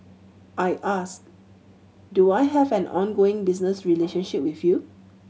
I asked do I have an ongoing business relationship with you